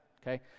okay